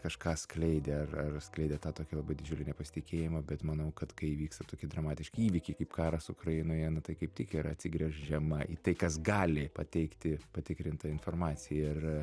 kažką skleidė ar ar skleidė tą tokį didžiulį nepasitikėjimą bet manau kad kai įvyksta tokie dramatiški įvykiai kaip karas ukrainoje na tai kaip tik yra atsigręžiama į tai kas gali pateikti patikrintą informaciją ir